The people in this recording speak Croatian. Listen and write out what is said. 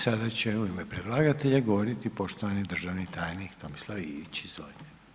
I sada će u ime predlagatelja govoriti poštovani državni tajnik Tomislav Ivić, izvolite.